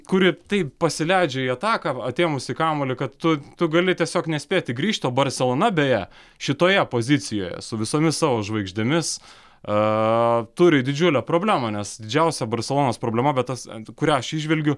kuri taip pasileidžia į ataką atėmusi kamuolį kad tu tu gali tiesiog nespėti grįžt o barselona beje šitoje pozicijoje su visomis savo žvaigždėmis a turi didžiulę problemą nes didžiausia barselonos problema bet tas kurią aš įžvelgiu